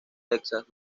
texas